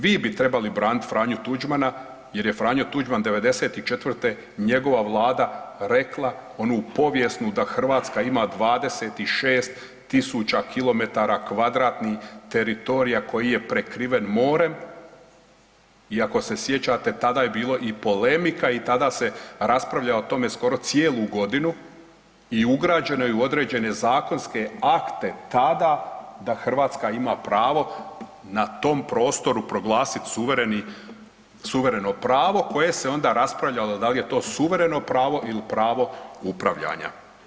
Vi bi trebali branit Franju Tuđmana jer je Franjo Tuđman '94. i njegova vlada rekla onu povijesnu da Hrvatska ima 26.000 km2 teritorija koji je prekriven morem i ako se sjećate tada je bilo i polemika i tada se raspravljalo o tome skoro cijelu godinu i ugrađeno je u određene zakonske akte tada da Hrvatska ima pravo na tom prostoru proglasit suvereni, suvereno pravo koje se onda raspravljalo dal je to suvereno pravo il pravo upravljanja.